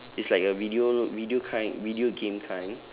it's like a video video kind video game kind